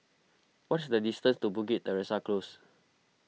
what is the distance to Bukit Teresa Close